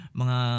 mga